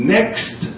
Next